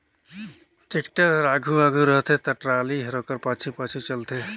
tractor हर आघु आघु रहथे ता टराली हर ओकर पाछू पाछु चलथे